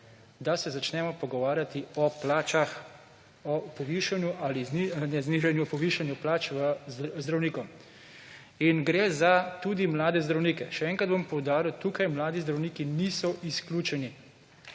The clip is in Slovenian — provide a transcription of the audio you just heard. da se začnemo pogovarjati o plačah, o povišanju ali zni…, ne znižanju, povišanju plač zdravnikom in gre za tudi mlade zdravnike. Še enkrat bom poudaril, tukaj mladi zdravniki niso izključeni